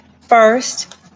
first